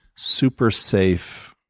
super safe,